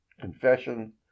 confession